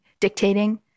dictating